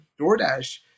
Doordash